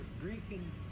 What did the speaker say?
drinking